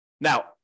Now